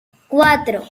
cuatro